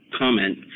comment